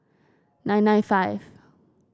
nine nine five